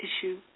issue